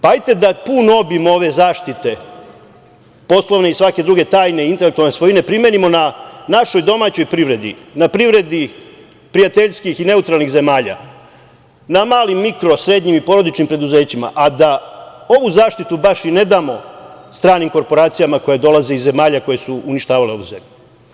Hajde da pun obim ove zaštite poslovne i svake druge tajne, intelektualne svojine primenimo na našoj domaćoj privredi, na privredi prijateljskih i neutralnih zemalja, na malim, mikro i srednjim i porodičnim preduzećima, a da ovu zaštitu baš i ne damo stranim korporacijama koje dolaze iz zemalja koje su uništavale ovu zemlju.